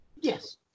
Yes